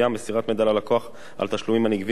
מסירת מידע ללקוח על התשלומים הנגבים ממנו,